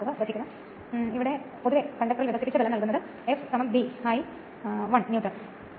അതിനാൽ ഇത് 3 ഘട്ടം കറങ്ങുന്ന കാന്തികക്ഷേത്രം സൃഷ്ടിക്കും